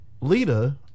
Lita